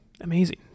Amazing